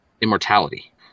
immortality